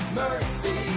mercy